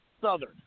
Southern